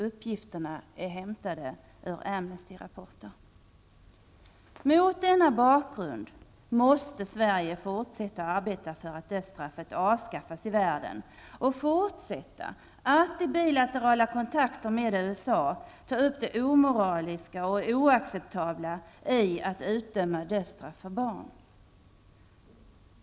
Uppgifterna är hämtade ur Mot denna bakgrund måste Sverige fortsätta att arbeta för att dödsstraffet avskaffas i världen och fortsätta att i bilaterala kontakter med USA ta upp det omoraliska och oacceptabla i att utdöma dödsstraff för barn.